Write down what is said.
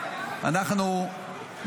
אנחנו,